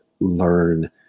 learn